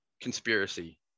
conspiracy